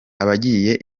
abagiye